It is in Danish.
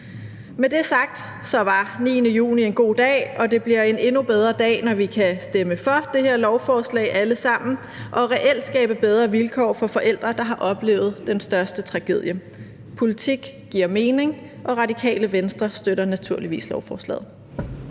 Med det sagt var den 9. juni en god dag, og det bliver en endnu bedre dag, når vi alle sammen kan stemme for det her lovforslag og reelt skabe bedre vilkår for forældre, der har oplevet den største tragedie. Politik giver mening, og Radikale Venstre støtter naturligvis lovforslaget.